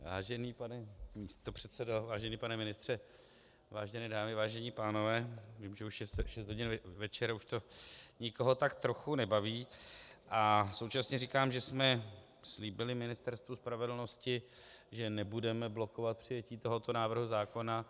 Vážený pane místopředsedo, vážený pane ministře, vážené dámy, vážení pánové, vím, že už je šest hodin večer a už to nikoho tak trochu nebaví, a současně říkám, že jsme slíbili Ministerstvu spravedlnosti, že nebudeme blokovat přijetí tohoto návrhu zákona.